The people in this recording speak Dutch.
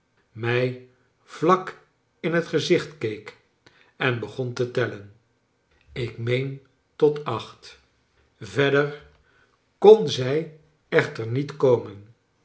mij vlak in het gezicht keek en begon te tellen ik meen tot acht yerder kon zij echter niet komen